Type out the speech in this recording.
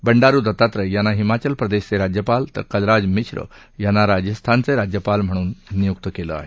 बंडारु दतात्रय यांना हिमाचल प्रदेशचे राज्यपाल तर कलराज मिश्रा यांना राजस्थानचे राज्यपाल म्हणून नियुक्त केलं आहे